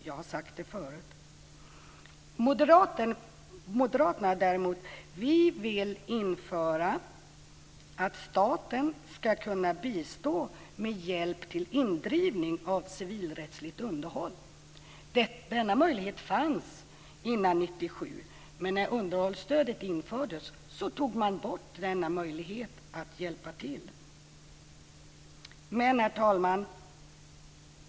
Jag har sagt det förut. Vi moderater vill däremot införa att staten ska kunna bistå med hjälp till indrivning av civilrättsligt underhåll. Denna möjlighet fanns innan år 1997. Men när underhållsstödet infördes tog man bort den möjligheten att hjälpa till. Herr talman!